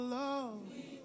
love